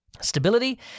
Stability